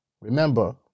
Remember